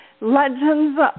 Legends